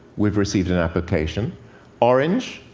we've received an application orange,